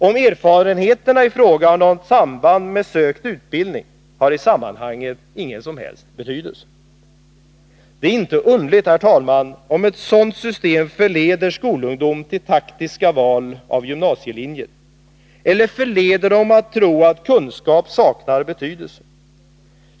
Om erfarenheternaii fråga har något samband med sökt utbildning har i sammanhanget ingen som helst betydelse. Det är inte underligt, herr talman, om ett sådant system förleder skolungdom att göra taktiska val av gymnasielinjer eller att tro att kunskaper saknar betydelse.